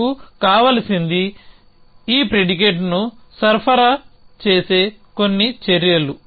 మనకు కావలసింది ఈ ప్రిడికేట్ను సరఫరా చేసే కొన్ని చర్యలు